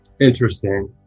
Interesting